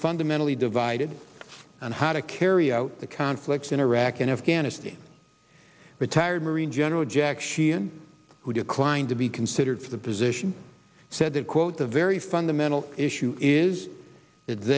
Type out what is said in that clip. fundamentally divided on how to carry out the conflicts in iraq and afghanistan retired marine general jack sheehan who declined to be considered for the position said that quote the very fundamental issue is